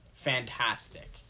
fantastic